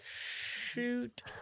shoot